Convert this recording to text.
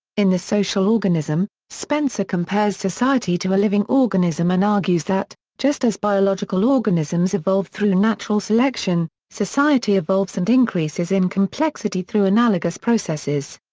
in the social organism, spencer compares society to a living organism and argues that, just as biological organisms evolve through natural selection, society evolves and increases in complexity through analogous processes.